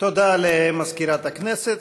תודה למזכירת הכנסת.